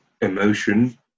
emotion